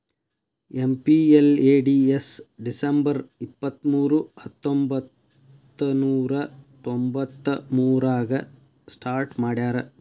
MPLADS December ಇಪ್ಪತ್ಮೂರು ಹತ್ತೊಂಬಂತ್ತನೂರ ತೊಂಬತ್ತಮೂರಾಗ ಸ್ಟಾರ್ಟ್ ಮಾಡ್ಯಾರ